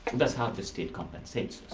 that's how the state compensates